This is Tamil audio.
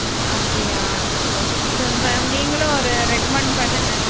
அப்படியா சரி சரி மேம் நீங்களும் ஒரு ரெக்கமண்ட் பண்ணுங்க